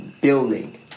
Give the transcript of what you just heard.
building